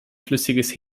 flüssiges